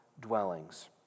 dwellings